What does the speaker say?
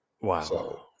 Wow